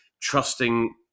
trusting